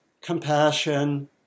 compassion